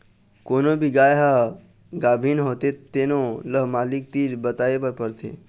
कोनो भी गाय ह गाभिन होथे तेनो ल मालिक तीर बताए बर परथे